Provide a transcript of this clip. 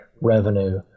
revenue